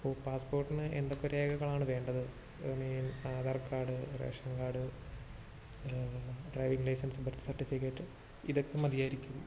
അപ്പോൽ പാസ് പോർട്ടിന് എന്തൊക്കെ രേഖകളാണ് വേണ്ടത് mean Aadhaar card ration card driving licence birth certificate ഇതൊക്കെ മതിയായിരിക്കും